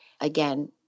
Again